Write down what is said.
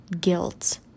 guilt